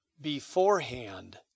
beforehand